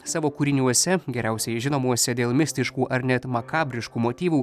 savo kūriniuose geriausiai žinomuose dėl mistiškų ar net makabriškų motyvų